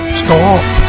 stop